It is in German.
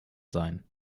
sein